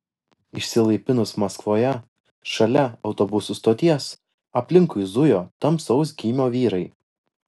išsilaipinus maskvoje šalia autobusų stoties aplinkui zujo tamsaus gymio vyrai